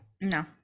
no